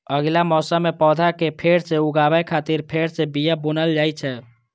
अगिला मौसम मे पौधा कें फेर सं उगाबै खातिर फेर सं बिया बुनल जाइ छै